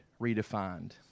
redefined